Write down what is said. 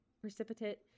precipitate